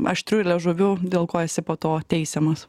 aštriu liežuviu dėl ko esi po to teisiamas